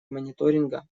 мониторинга